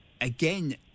again